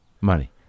money